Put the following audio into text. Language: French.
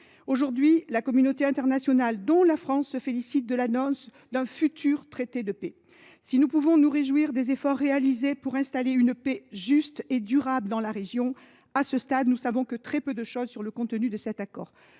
jours, la communauté internationale, y compris la France, se félicite de l’annonce d’un futur traité de paix. Si nous pouvons nous réjouir des efforts réalisés pour installer une paix juste et durable dans la région, nous ne savons à ce stade que très peu de choses sur le contenu de cet accord.